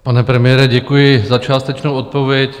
Pane premiére, děkuji za částečnou odpověď.